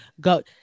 go